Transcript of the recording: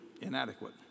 inadequate